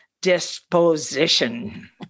disposition